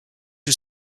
who